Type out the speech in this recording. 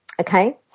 Okay